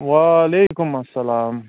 وعلیکُم اَسلام